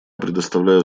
предоставляю